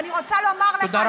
ואני רוצה לומר לך,